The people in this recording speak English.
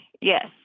yes